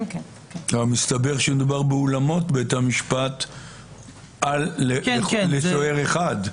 מסתבר שמדובר באולמות בית המשפט לסוהר אחד.